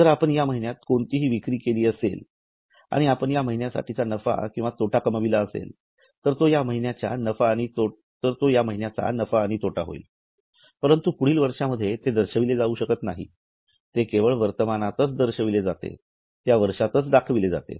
जर आपण या महिन्यात कोणतीही विक्री केली असेल आणि आपण या महिन्यासाठी नफा आणि तोटा कमविला तर तो या महिन्याचा नफा आणि तोटा होईल परंतु पुढील वर्षामध्ये ते दर्शविले जाऊ शकत नाही ते केवळ वर्तमानात दर्शविले जाऊ शकते त्या वर्षातच दर्शविले जाते